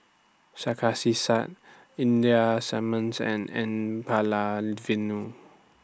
Sarkasi Said Ida Simmons and N Palanivelu